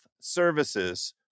Services